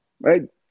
right